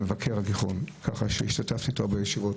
ככה שהשתתפתי איתו בישיבות,